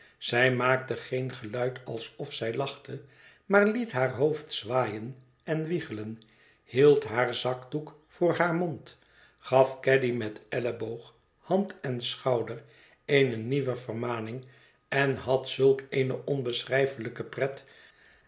zij maakte geen geluid alsof zij lachte maar liet haar hoofd zwaaien en wiegelen hield haar zakdoek voor haar mond gaf caddy met elleboog hand en schouder eene nieuwe vermaning en had zulk eene onbeschrijfelijke pret